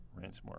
ransomware